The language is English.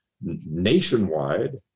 nationwide